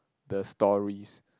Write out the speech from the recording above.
the stories